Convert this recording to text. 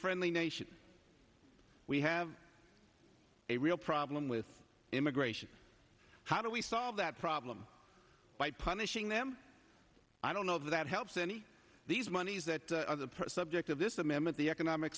friendly nation we have a real problem with immigration how do we solve that problem by punishing them i don't know if that helps any these monies that are the subject of this amendment the economic